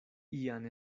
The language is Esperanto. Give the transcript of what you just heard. ian